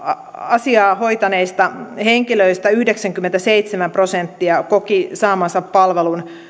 asiaa hoitaneista henkilöistä yhdeksänkymmentäseitsemän prosenttia koki saamansa palvelun